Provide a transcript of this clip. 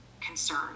concern